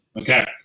okay